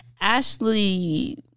Ashley